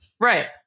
Right